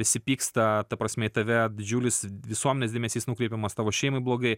visi pyksta ta prasme į tave didžiulis visuomenės dėmesys nukreipiamas tavo šeimai blogai